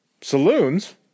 saloons